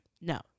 No